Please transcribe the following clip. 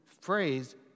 phrase